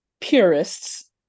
purists